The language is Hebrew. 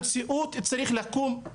הדבר הנוסף שרציתי לדבר עליו לגבי